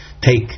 take